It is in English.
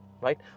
Right